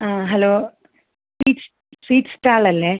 ആ hello sweets sweets സ്റ്റാളല്ലേ